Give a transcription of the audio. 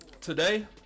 today